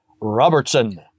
Robertson